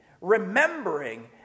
remembering